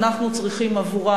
אנחנו צריכים עבורם,